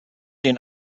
den